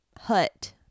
hut